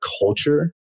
culture